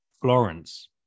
Florence